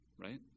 right